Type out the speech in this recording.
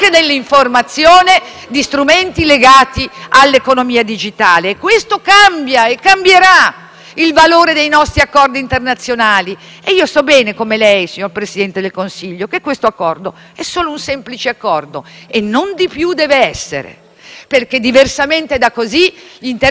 il valore dei nostri accordi internazionali. Io so bene, come lei, signor Presidente del Consiglio, che questo accordo è solo un semplice accordo e non di più deve essere. Diversamente, gli interessi del nostro Paese entrerebbero in rotta di collisione con quell'alleanza storica